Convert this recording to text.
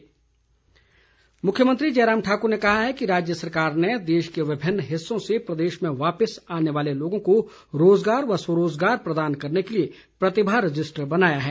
virtual rally मुख्यमंत्री जयराम ठाकुर ने कहा है कि राज्य सरकार ने देश के विभिन्न हिस्सों से प्रदेश में वापिस आने वाले लोगों को रोजगार व स्वरोजगार प्रदान करने के लिए प्रतिभा रजिस्टर बनाया है